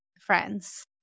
friends